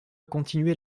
continuait